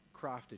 crafted